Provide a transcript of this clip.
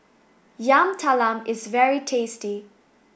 Yam Talam is very tasty